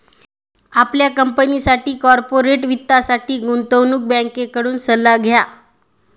आपल्या कंपनीसाठी कॉर्पोरेट वित्तासाठी गुंतवणूक बँकेकडून सल्ला घ्या